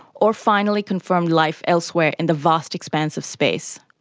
or finally confirmed life elsewhere in the vast expanse of space?